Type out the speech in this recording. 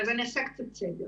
אני אעשה קצת סדר.